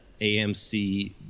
AMC